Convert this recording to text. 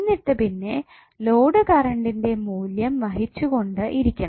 എന്നിട്ട് പിന്നെ ലോഡ് കറണ്ടിന്റെ മൂല്യം വഹിച്ചുകൊണ്ട് ഇരിക്കണം